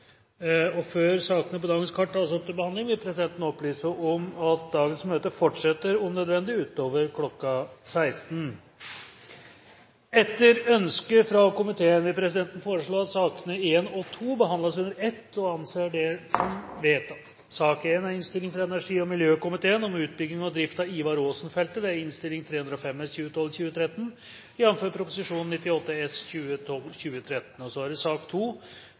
og meg sjølv å fremje eit forslag om «en ny forvaltning av landets ulv». Forslaget vil bli behandlet på reglementsmessig måte. Før sakene på dagens kart tas opp til behandling, vil presidenten opplyse om at dagens møte fortsetter om nødvendig utover kl. 16. Etter ønske fra energi- og miljøkomiteen vil presidenten foreslå at sakene nr. 1 og nr. 2 behandles under ett. – Det anses vedtatt. Etter ønske fra energi- og miljøkomiteen vil presidenten foreslå at taletiden begrenses til 40 minutter og